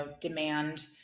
demand